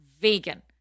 Vegan